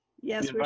Yes